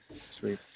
Sweet